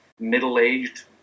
middle-aged